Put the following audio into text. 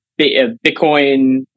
Bitcoin